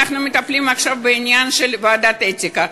אנחנו מטפלים עכשיו בעניין של ועדת האתיקה.